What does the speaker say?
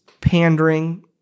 pandering